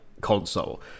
console